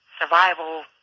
survival